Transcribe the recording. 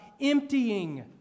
emptying